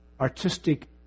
artistic